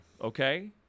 Okay